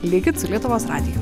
likit su lietuvos radiju